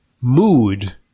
mood